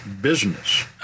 business